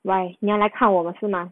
like 你要来看我们是吗